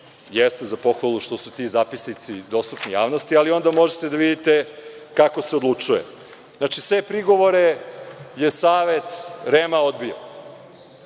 jeste za pohvalu što su ti zapisnici dostupni javnosti, ali onda možete da vidite kako se odlučuje. Znači sve prigovore je Savet REM odbio.